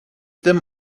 them